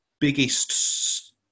biggest